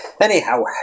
Anyhow